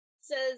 says